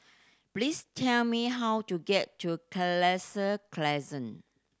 please tell me how to get to Crescent